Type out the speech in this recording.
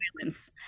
violence